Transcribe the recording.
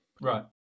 right